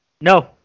No